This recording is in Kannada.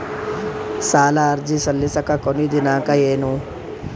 ಸಾಲ ಅರ್ಜಿ ಸಲ್ಲಿಸಲಿಕ ಕೊನಿ ದಿನಾಂಕ ಏನು?